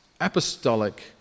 apostolic